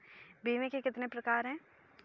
बीमे के कितने प्रकार हैं?